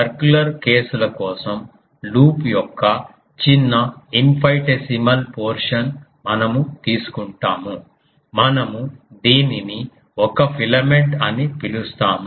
circular కేసుల కోసం loop యొక్క చిన్న ఇన్ఫైనైటెసిమల్ పోర్షన్ మనము తీసుకుంటాము మనము దీనిని ఒక ఫిలమెంట్ అని పిలుస్తాము